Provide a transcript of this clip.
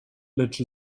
lecz